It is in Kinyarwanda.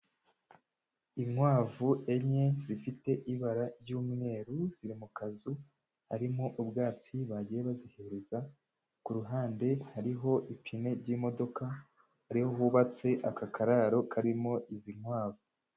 Inkwavu enye zifite ibara ry'umweru ziri mu kazu, harimo ubwatsi bagiye bazihereza, ku ruhande hariho ipine ry'imodoka, ari ho hubatse aka kararo karimo izi nkwavu.